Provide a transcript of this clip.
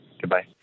goodbye